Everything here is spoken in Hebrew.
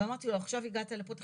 אמרתי לו 'עכשיו הגעת לפה?'.